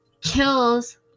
kills